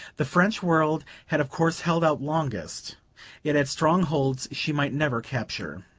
the french world had of course held out longest it had strongholds she might never capture.